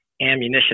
ammunition